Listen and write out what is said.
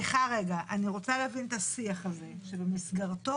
אני רוצה להבין את השיח הזה שבמסגרתו